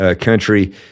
country